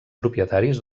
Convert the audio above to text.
propietaris